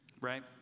Right